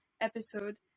episode